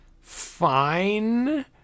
fine